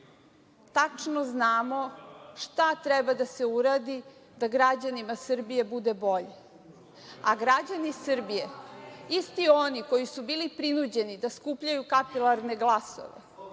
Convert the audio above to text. Tačno znamo šta treba da se uradi da građanima Srbije bude bolje, a građani Srbije, isti oni koji su bili prinuđeni da skupljaju kapilarne glasove,